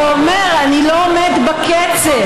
ואומר: אני לא עומד בקצב.